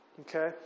okay